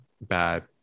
bad